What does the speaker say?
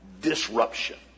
disruption